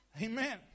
Amen